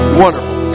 wonderful